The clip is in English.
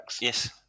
Yes